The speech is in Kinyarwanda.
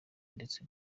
ndetse